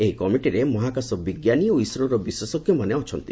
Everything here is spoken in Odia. ଏହି କମିଟିରେ ମହାକାଶ ବିଜ୍ଞାନୀ ଓ ଇସ୍ରୋର ବିଶେଷଜ୍ଞମାନେ ଅଛନ୍ତି